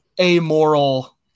amoral